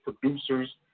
producers